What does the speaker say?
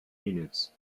minutes